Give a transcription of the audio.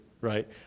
right